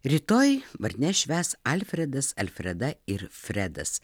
rytoj vardines švęs alfredas alfreda ir fredas